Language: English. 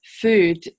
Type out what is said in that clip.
food